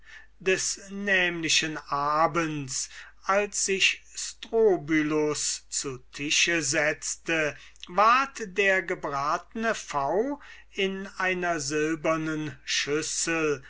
des nämlichen abends als sich strobylus zu tische setzte ward der gebratne pfau in einer silbernen schüssel